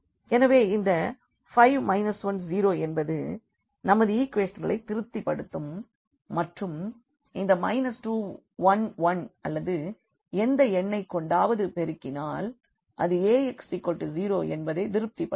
எனவே இந்த 5 1 0 என்பது நமது ஈக்குவேஷன்களை திருப்திபடுத்தும் மற்றும் இந்த 2 1 1 அல்லது எந்த எண்ணை கொண்டாவது பெருக்கினால் இது Ax0 என்பதை திருப்திபடுத்தும்